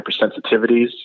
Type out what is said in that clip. hypersensitivities